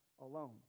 alone